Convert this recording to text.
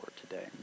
today